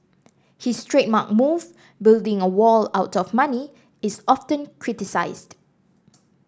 his trademark move building a wall out of money is often criticised